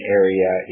area